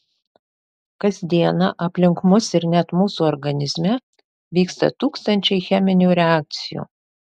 kas dieną aplink mus ir net mūsų organizme vyksta tūkstančiai cheminių reakcijų